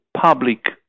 public